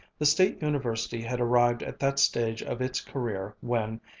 the state university had arrived at that stage of its career when,